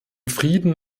frieden